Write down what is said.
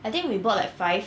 I think we bought like five